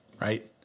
right